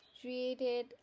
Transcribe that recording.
created